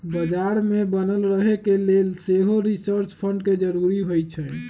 बजार में बनल रहे के लेल सेहो रिसर्च फंड के जरूरी होइ छै